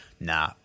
nah